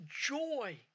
joy